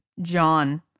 John